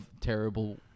terrible